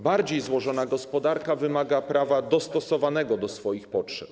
Bardziej złożona gospodarka wymaga prawa dostosowanego do swoich potrzeb.